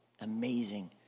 amazing